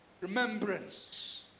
remembrance